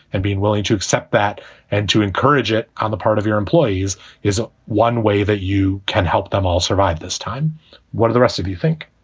and being willing to accept that and to encourage it on the part of your employees is ah one way that you can help them all survive this time what are the rest of you think?